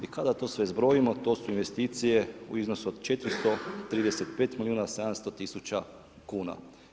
I kada to sve zbrojimo to su investicije u iznosu 435 milijuna 700 tisuća kuna.